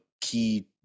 key